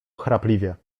chrapliwie